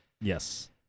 Yes